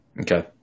Okay